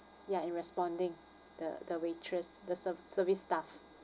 ya in responding the the waitress the serv~ service staff